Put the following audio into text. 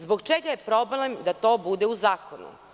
Zbog čega je problem da to bude u zakonu?